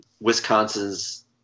Wisconsin's